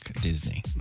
Disney